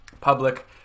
public